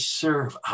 serve